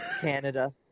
canada